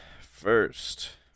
first